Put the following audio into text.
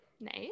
Nice